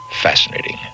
fascinating